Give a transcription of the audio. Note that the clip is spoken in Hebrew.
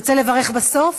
תרצה לברך בסוף?